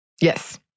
Yes